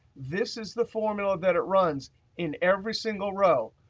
this is the formula that it runs in every single row.